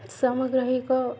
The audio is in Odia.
ସାମଗ୍ରିକ